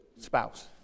spouse